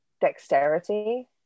dexterity